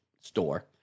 store